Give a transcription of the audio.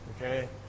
Okay